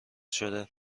شده